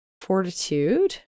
fortitude